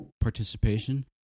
participation